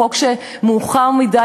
החוק שבא מאוחר מדי,